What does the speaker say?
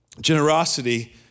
Generosity